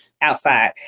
outside